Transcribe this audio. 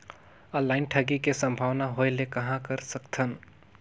Online ठगी के संभावना होय ले कहां कर सकथन?